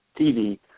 TV